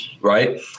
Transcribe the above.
right